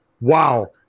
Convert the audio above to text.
Wow